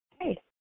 hey